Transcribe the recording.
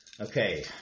Okay